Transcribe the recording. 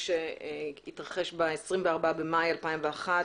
שלום לכולם,